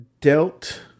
dealt